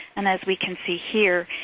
and as we can see here,